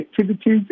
activities